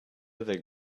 other